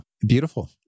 Beautiful